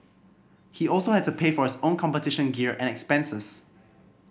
he also had to pay for his own competition gear and expenses